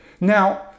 Now